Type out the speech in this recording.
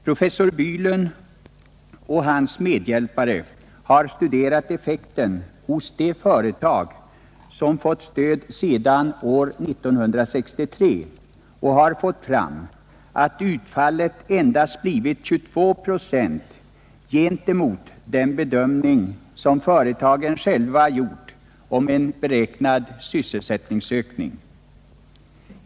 Professor Bylund och hans medhjälpare har studerat effekten hos de företag som fått stöd sedan 1963. De har fått fram att utfallet endast blivit 22 procent gentemot den bedömning som företagen själva gjort om en beräknad sysselsättningsökning.